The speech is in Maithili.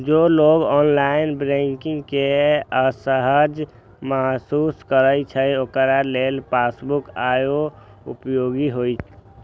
जे लोग ऑनलाइन बैंकिंग मे असहज महसूस करै छै, ओकरा लेल पासबुक आइयो उपयोगी छै